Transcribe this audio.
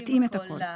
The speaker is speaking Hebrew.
נתאים את הכול.